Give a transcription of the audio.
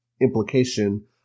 implication